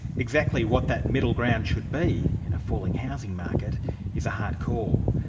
exactly what that middle ground should be in a falling housing market is a hard call.